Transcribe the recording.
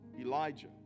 Elijah